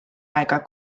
aega